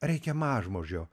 reikia mažmožio